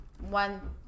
one